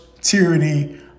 tyranny